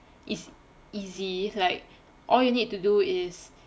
it's easy like all you need to do is